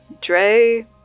Dre